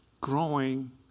growing